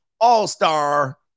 all-star